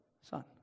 son